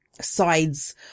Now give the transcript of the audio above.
sides